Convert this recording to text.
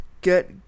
get